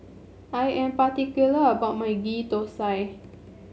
I am particular about my Ghee Thosai